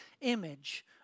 image